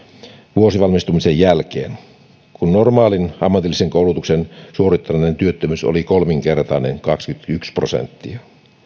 vuosi valmistumisen jälkeen kun normaalin ammatillisen koulutuksen suorittaneiden työttömyys oli kolminkertainen kaksikymmentäyksi prosenttia